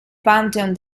pantheon